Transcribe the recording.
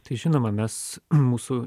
tai žinoma mes mūsų